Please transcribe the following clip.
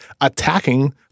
attacking